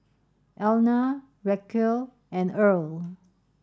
Elna Racquel and Earl